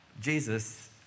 Jesus